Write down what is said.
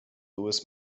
louis